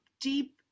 deep